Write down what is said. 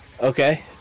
Okay